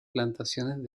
plantaciones